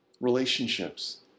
relationships